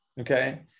okay